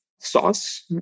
sauce